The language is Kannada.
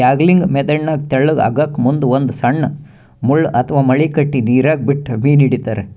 ಯಾಂಗ್ಲಿಂಗ್ ಮೆಥೆಡ್ನಾಗ್ ತೆಳ್ಳಗ್ ಹಗ್ಗಕ್ಕ್ ಮುಂದ್ ಒಂದ್ ಸಣ್ಣ್ ಮುಳ್ಳ ಅಥವಾ ಮಳಿ ಕಟ್ಟಿ ನೀರಾಗ ಬಿಟ್ಟು ಮೀನ್ ಹಿಡಿತಾರ್